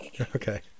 Okay